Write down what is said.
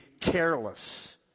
careless